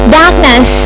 darkness